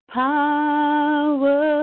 power